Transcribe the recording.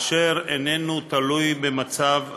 אשר איננו תלוי במצב החירום.